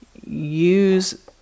use